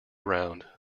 round